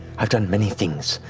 i've done many things,